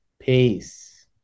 peace